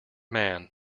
man